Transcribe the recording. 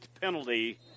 penalty